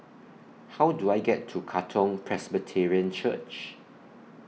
How Do I get to Katong Presbyterian Church